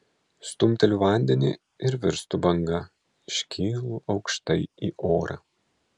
stumteliu vandenį ir virstu banga iškylu aukštai į orą